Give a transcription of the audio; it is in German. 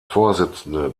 vorsitzende